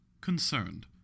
Concerned